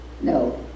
No